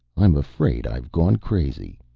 i'm afraid i've gone crazy.